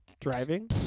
driving